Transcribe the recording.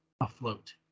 afloat